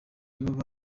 nabo